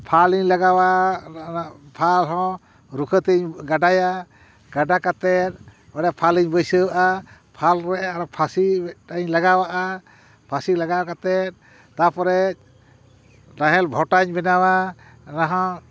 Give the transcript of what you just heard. ᱯᱷᱟᱞᱤᱧ ᱞᱟᱜᱟᱣᱟ ᱚᱱᱟ ᱯᱷᱟᱞ ᱦᱚᱸ ᱨᱩᱠᱟᱹᱛᱮᱧ ᱜᱟᱰᱟᱭᱟ ᱜᱟᱰᱟ ᱠᱟᱛᱮᱫ ᱚᱸᱰᱮ ᱯᱷᱟᱞᱤᱧ ᱵᱟᱹᱭᱥᱟᱹᱣᱟᱜᱼᱟ ᱯᱷᱟᱞ ᱨᱮ ᱟᱨᱚ ᱯᱷᱟᱥᱤ ᱢᱤᱫᱴᱟᱝ ᱤᱧ ᱞᱟᱜᱟᱣᱟᱜᱼᱟ ᱯᱷᱟᱥᱤ ᱞᱟᱜᱟᱣ ᱠᱟᱛᱮ ᱛᱟᱯᱚᱨᱮ ᱱᱟᱦᱮᱞ ᱵᱷᱚᱴᱟᱧ ᱵᱮᱱᱟᱣᱟ ᱨᱮᱦᱚᱸ